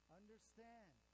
understand